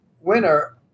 winner